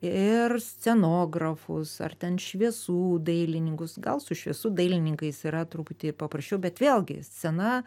ir scenografus ar ten šviesų dailininkus gal su šviesų dailininkais yra truputį paprasčiau bet vėlgi scena